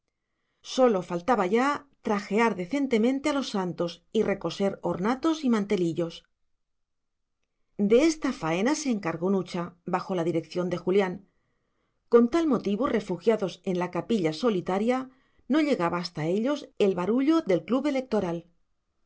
sólo faltaba ya trajear decentemente a los santos y recoser ornatos y mantelillos de esta faena se encargó nucha bajo la dirección de julián con tal motivo refugiados en la capilla solitaria no llegaba hasta ellos el barullo del club electoral